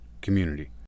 community